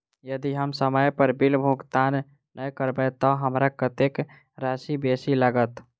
यदि हम समय पर बिल भुगतान नै करबै तऽ हमरा कत्तेक राशि बेसी लागत?